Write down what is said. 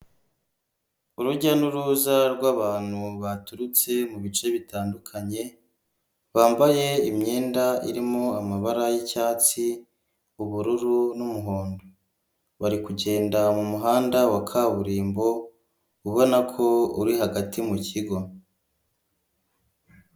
Urujya n'uruza rw'abantu baturutse mu bice bitandukanye, bambaye imyenda irimo amabara y'icyatsi, ubururu n'umuhondo. Bari kugenda mu muhanda wa kaburimbo ubona ko uri hagati mu kigo.